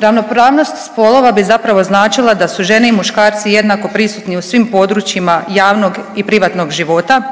Ravnopravnost spolova bi zapravo značila da su žene i muškarci jednako prisutni u svim područjima javnog i privatnog života,